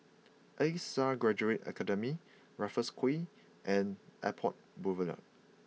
A Star Graduate Academy Raffles Quay and Airport Boulevard